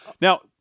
Now